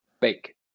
bake